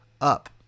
up